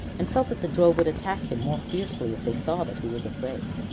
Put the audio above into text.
and felt that the drove would attack him more fiercely if they saw that he was afraid.